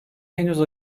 henüz